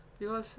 it was